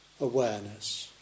awareness